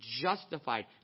justified